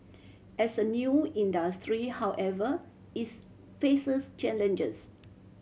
as a new industry however its faces challenges